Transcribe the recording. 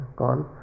gone